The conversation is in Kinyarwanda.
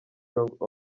jong